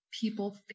people